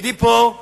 ותפקידי פה הוא